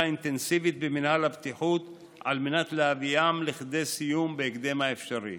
אינטנסיבית במינהל הבטיחות על מנת להביאם לסיום בהקדם האפשרי.